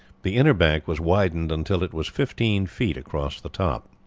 the inner bank was widened until it was fifteen feet across the top.